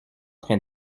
train